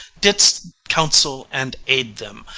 didst counsel and aid them,